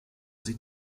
sie